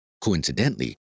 Coincidentally